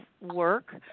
work